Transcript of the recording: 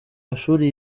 mashuri